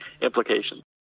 implications